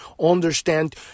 understand